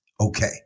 okay